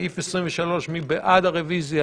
סעיף 23 מי בעד הרביזיה?